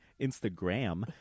Instagram